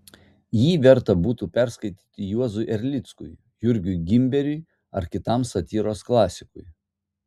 jį verta būtų perskaityti juozui erlickui jurgiui gimberiui ar kitam satyros klasikui